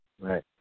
Right